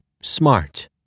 smart